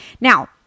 Now